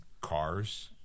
cars